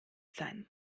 sein